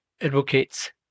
advocates